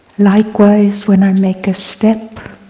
likewise, when i make a step,